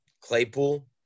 Claypool